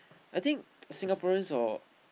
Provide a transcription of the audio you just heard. I think Singaporeans hor